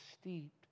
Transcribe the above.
steeped